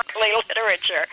literature